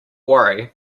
worry